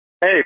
Hey